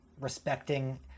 respecting